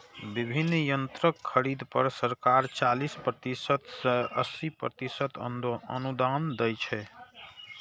विभिन्न यंत्रक खरीद पर सरकार चालीस प्रतिशत सं अस्सी प्रतिशत अनुदान दै छै